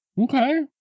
okay